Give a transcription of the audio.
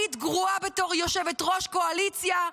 היית גרועה בתור יושבת-ראש קואליציה,